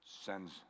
sends